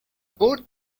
board